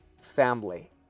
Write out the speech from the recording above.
family